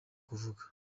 kuvuga